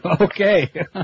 Okay